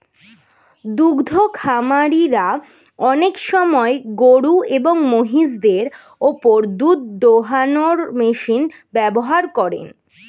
দুদ্ধ খামারিরা অনেক সময় গরুএবং মহিষদের ওপর দুধ দোহানোর মেশিন ব্যবহার করেন